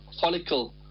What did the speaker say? follicle